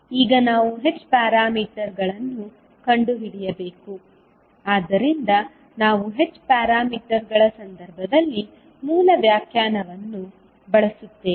ಈಗ ನಾವು h ಪ್ಯಾರಾಮೀಟರ್ಗಳನ್ನು ಕಂಡುಹಿಡಿಯಬೇಕು ಆದ್ದರಿಂದ ನಾವು h ಪ್ಯಾರಾಮೀಟರ್ಗಳ ಸಂದರ್ಭದಲ್ಲಿ ಮೂಲ ವ್ಯಾಖ್ಯಾನವನ್ನು ಬಳಸುತ್ತೇವೆ